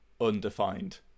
undefined